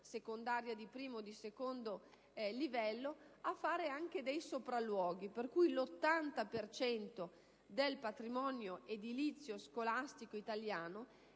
secondaria di primo e secondo livello, a fare anche dei sopralluoghi. Pertanto, l'80 per cento del patrimonio edilizio scolastico italiano